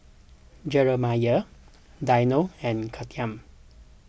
Jeremiah Dino and Kathyrn